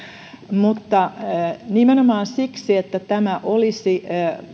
mutta nimenomaan siksi että tämä olisi